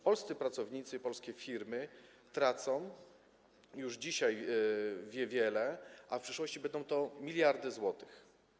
Polscy pracownicy, polskie firmy tracą już dzisiaj wiele, a w przyszłości będą to miliardy złotych.